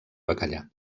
bacallà